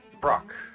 Brock